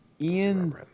Ian